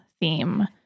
theme